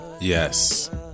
Yes